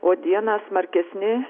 o dieną smarkesni